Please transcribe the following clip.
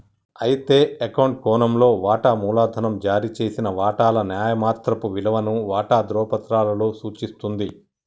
అయితే అకౌంట్ కోణంలో వాటా మూలధనం జారీ చేసిన వాటాల న్యాయమాత్రపు విలువను వాటా ధ్రువపత్రాలలో సూచిస్తుంది